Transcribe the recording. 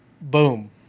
boom